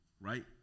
right